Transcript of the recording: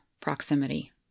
proximity